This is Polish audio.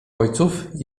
ojców